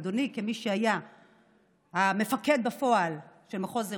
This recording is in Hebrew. אדוני, כמי שהיה המפקד בפועל של מחוז ירושלים,